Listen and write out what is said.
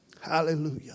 Hallelujah